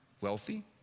wealthy